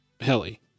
Heli